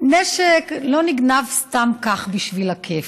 נשק לא נגנב סתם כך בשביל הכיף,